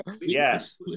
Yes